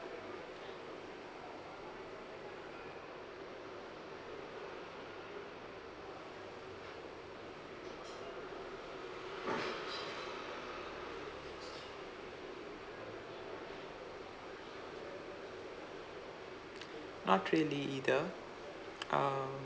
not really either uh